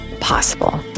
possible